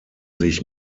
sich